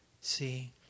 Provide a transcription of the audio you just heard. See